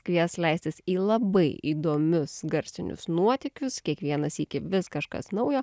kvies leistis į labai įdomius garsinius nuotykius kiekvieną sykį vis kažkas naujo